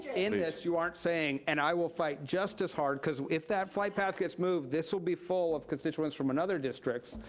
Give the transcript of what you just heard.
in this, you aren't saying and i will fight just as hard, because if that flight path gets moved, this will be full of constituents from another district,